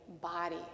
body